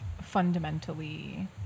fundamentally